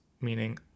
meaning